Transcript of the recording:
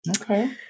Okay